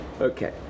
Okay